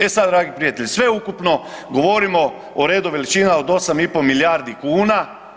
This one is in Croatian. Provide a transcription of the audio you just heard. E sad dragi prijatelji, sveukupno govorimo o redu veličina od 8,5 milijardi kuna.